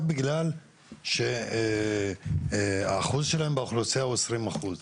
בגלל שהאחוז שלהם באוכלוסייה הוא עשרים אחוז,